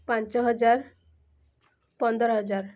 ପାଞ୍ଚ ହଜାର ପନ୍ଦର ହଜାର